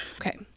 Okay